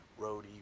roadie